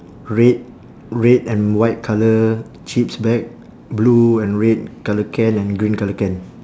red red and white colour chips bag blue and red colour can and green colour can